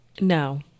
No